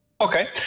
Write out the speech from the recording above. Okay